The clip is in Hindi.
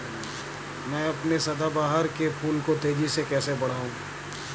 मैं अपने सदाबहार के फूल को तेजी से कैसे बढाऊं?